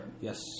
Yes